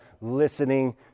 listening